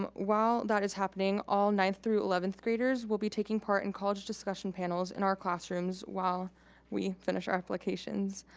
um while that is happening, all ninth through eleventh graders will be taking part in college discussion panels in our classrooms while we finish our applications.